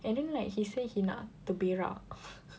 and then like he say he nak terberak